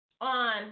On